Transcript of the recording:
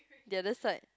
the other side